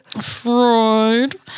Freud